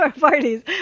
parties